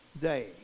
day